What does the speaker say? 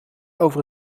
over